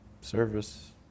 service